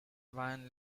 van